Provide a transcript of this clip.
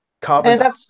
carbon